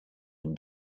can